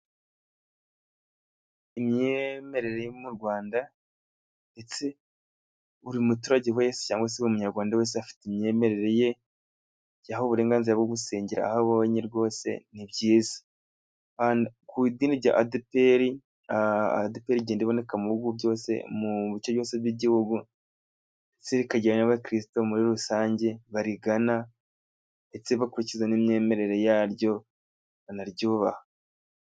Imyemerere yo mu mu Rwanda, ndetse buri muturage wese cyangwa se umunyarwanda wese afite imyemerere ye. Yahawe uburenganzira bwo gusengera aho abonye rwose ni byiza. Ku idini rya Adeperi, adeperi igenda iboneka mu bihugu byose mu bice byose by'Igihugu, si rikagira n'abaksirisito muri rusange barigana ndetse bakurikiza n'imyemerere yaryo banaryubaha.